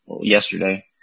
yesterday